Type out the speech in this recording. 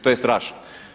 To je strašno.